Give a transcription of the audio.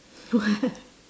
what